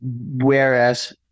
Whereas